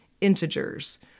integers